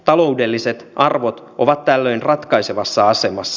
taloudelliset arvot ovat tällöin ratkaisevassa asemassa